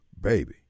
baby